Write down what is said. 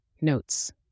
Notes